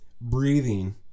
Breathing